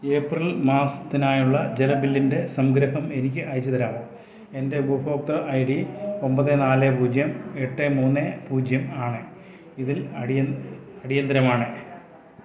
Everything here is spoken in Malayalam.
ഏപ്രിൽ മാസത്തിനായുള്ള ജല ബില്ലിൻ്റെ സംഗ്രഹം എനിക്ക് അയച്ച് തരാമോ എൻ്റെ ഉപഭോക്തൃ ഐ ഡി ഒമ്പത് നാല് പൂജ്യം എട്ട് മൂന്ന് പൂജ്യം ആണ് ഇതിൽ അടിയ അടിയന്തിരമാണ്